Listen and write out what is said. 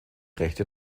rechte